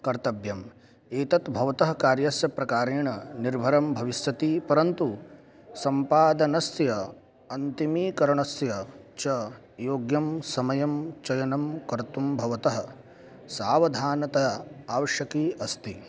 कर्तव्यम् एतत् भवतः कार्यस्य प्रकारेण निर्भरं भविष्यति परन्तु सम्पादनस्य अन्तिमकरणस्य च योग्यं समयं चयनं कर्तुं भवतः सावधानता आवश्यकी अस्ति